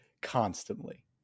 constantly